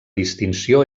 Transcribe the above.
distinció